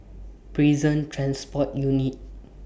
Prison Transport Unit